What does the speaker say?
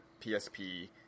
PSP